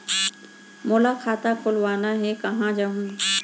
मोला खाता खोलवाना हे, कहाँ जाहूँ?